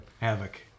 Havoc